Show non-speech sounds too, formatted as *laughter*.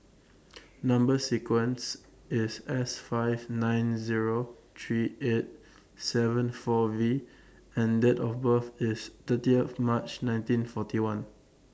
*noise* Number sequence IS S five nine Zero three eight seven four V and Date of birth IS thirtieth March nineteen forty one